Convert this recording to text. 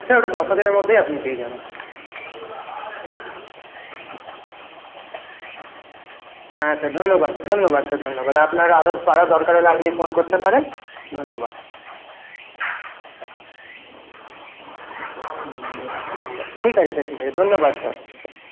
sir ওটা দশ হাজারের মধ্যেই আপনি পেয়ে যাবেন হ্যাঁ স্যার ধন্যবাদ ধন্যবাদ আচ্ছা ধন্যবাদ আপনারা দরকার হলে আপনি ফোন করতে পারেন ধন্যবাদ ঠিক আছে স্যার ঠিক আছে ধন্যবাদ